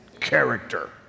character